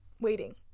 waiting